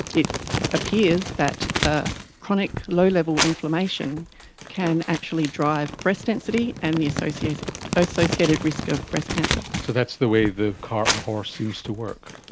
it appears that ah chronic low-level inflammation can actually drive breast density and the associated risk risk of breast cancer. so that's the way the cart and horse seems to work,